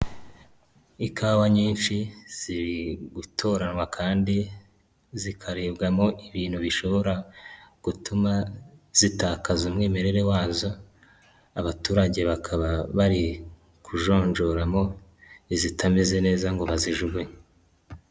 Ikawa nyinshi ziri gutoranywa Kandi zikarebwamo ibintu bishobora gutuma zitakaza umwimerere wazo, abaturage bakaba bari kujonjoramo izitameze neza ngo bazijugunye.